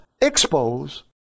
expose